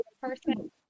person